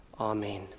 Amen